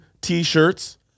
T-shirts